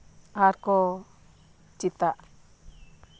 ᱟᱨᱠᱚ ᱪᱮᱫᱟ